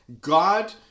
God